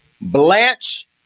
Blanche